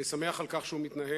אני שמח על כך שהוא מתנהל,